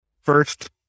first